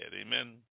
Amen